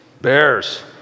bears